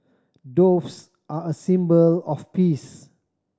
doves are a symbol of peace